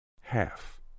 half